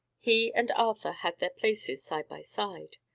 he and arthur had their places side by side.